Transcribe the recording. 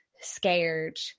scared